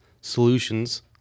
solutions